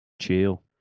chill